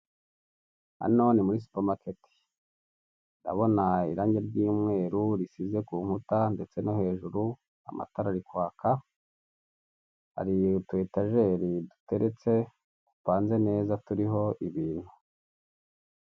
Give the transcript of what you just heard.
Hano ni muri supamaketi. Ndabona irange ry'umweru risize ku nkuta ndetse no hejuru amatara ari kwaka, hari utu etajeri duteretse dupanze neza turiho ibintu.